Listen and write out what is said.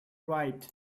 right